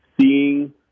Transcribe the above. seeing